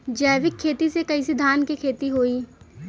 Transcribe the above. जैविक खेती से कईसे धान क खेती होई?